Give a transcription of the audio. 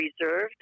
reserved